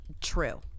true